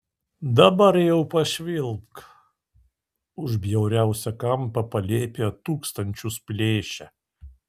dabar jau pašvilpk už bjauriausią kampą palėpėje tūkstančius plėšia